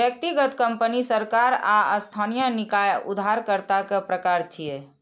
व्यक्तिगत, कंपनी, सरकार आ स्थानीय निकाय उधारकर्ता के प्रकार छियै